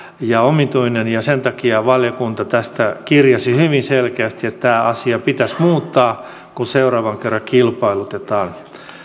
ja omituista ja sen takia valiokunta tästä kirjasi hyvin selkeästi että tämä asia pitäisi muuttaa kun seuraavan kerran kilpailutetaan